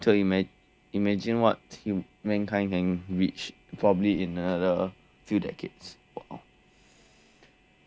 so imagi~ imagine what mankind can reach probably in a few decades